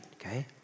okay